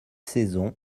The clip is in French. saison